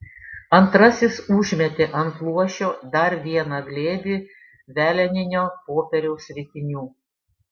antrasis užmetė ant luošio dar vieną glėbį veleninio popieriaus ritinių